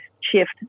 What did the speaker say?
shift